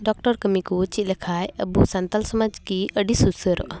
doctor ᱠᱟᱹᱢᱤ ᱠᱚ ᱪᱮᱫ ᱞᱮᱠᱷᱟᱱ ᱟᱵᱳ ᱥᱟᱱᱛᱟᱞ ᱥᱚᱢᱟᱡᱽ ᱜᱮ ᱟᱹᱰᱤ ᱥᱩᱥᱟᱹᱨᱚᱜᱼᱟ